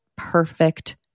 perfect